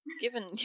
given